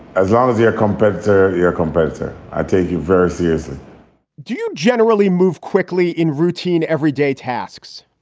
as long as your competitor, your competitor, i take you very seriously do you generally move quickly in routine everyday tasks?